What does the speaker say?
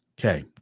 Okay